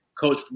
Coach